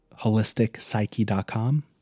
holisticpsyche.com